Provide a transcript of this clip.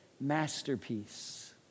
masterpiece